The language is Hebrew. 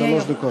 שלוש דקות.